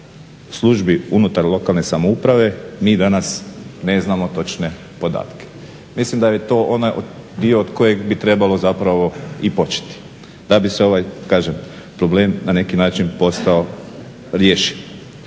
službi unutar lokalne samouprave mi danas ne znamo točne podatke. Mislim da je to onaj dio od kojeg bi trebalo zapravo i početi da bi se ovaj kažem problem na neki način postao rješiv.